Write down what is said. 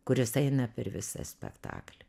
kuris eina per visą spektaklį